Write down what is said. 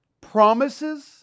promises